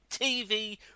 TV